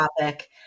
topic